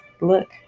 look